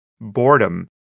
boredom